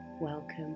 welcome